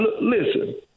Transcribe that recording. Listen